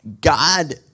God